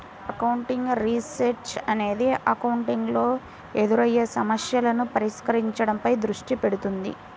accounting research అనేది accounting లో ఎదురయ్యే సమస్యలను పరిష్కరించడంపై దృష్టి పెడుతుంది